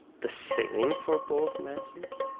the same for both methods?